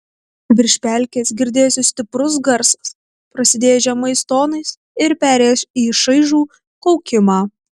virš pelkės girdėjosi stiprus garsas prasidėjęs žemais tonais ir perėjęs į šaižų kaukimą